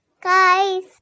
guys